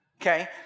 okay